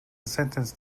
sentenced